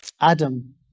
Adam